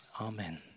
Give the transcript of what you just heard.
Amen